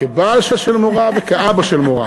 כבעל של מורה וכאבא של מורה,